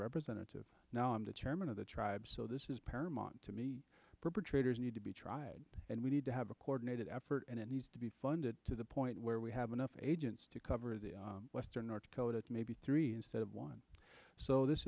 representative now i'm the chairman of the tribe so this is paramount to me perpetrators need to be tried and we need to have a coordinated effort and it needs to be funded to the point where we have enough agents to cover the western north dakota maybe three instead of one so this